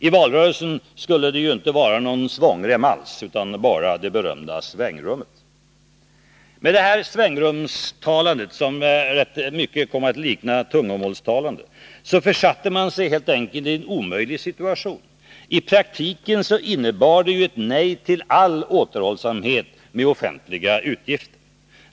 I valrörelsen skulle det ju inte vara någon svångrem alls utan bara det berömda svängrummet. Med detta svängrumstalande, som rätt mycket kom att likna tungomålstalande, försatte man sig helt enkelt i en omöjlig situation. I praktiken innebar det ett nej till all återhållsamhet med offentliga utgifter.